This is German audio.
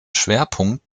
schwerpunkt